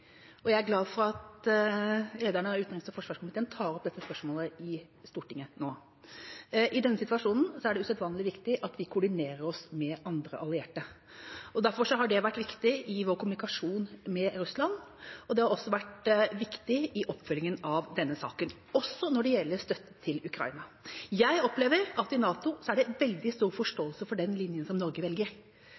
og jeg er glad for at lederen av utenriks- og forsvarskomiteen tar opp dette spørsmålet i Stortinget nå. I denne situasjonen er det usedvanlig viktig at vi koordinerer oss med andre allierte. Derfor har det vært viktig i vår kommunikasjon med Russland, og det har også vært viktig i oppfølgingen av denne saken – også når det gjelder støtte til Ukraina. Jeg opplever at det i NATO er veldig stor forståelse for den linjen som Norge velger,